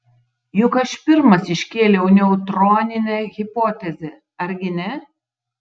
juk aš pirmas iškėliau neutroninę hipotezę argi ne